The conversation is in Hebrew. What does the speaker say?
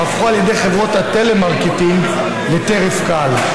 שהפכו על ידי חברות הטלמרקטינג לטרף קל.